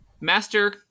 Master